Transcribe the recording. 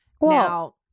Now